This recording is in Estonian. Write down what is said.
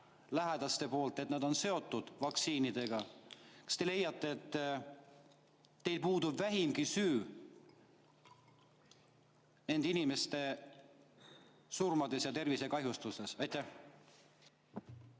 lähedaste teadetel, et need on seotud vaktsiinidega – kas te leiate, et teil puudub vähimgi süü nende inimeste surmades ja tervisekahjustustes? Aitäh!